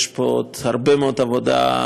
ויש פה עוד הרבה מאוד עבודה,